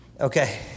Okay